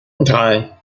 drei